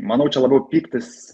manau čia labiau pyktis